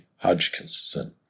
Hodgkinson